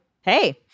Hey